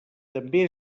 també